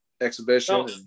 Exhibition